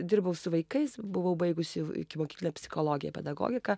dirbau su vaikais buvau baigusi ikimokyklinę psichologiją pedagogiką